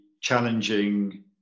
challenging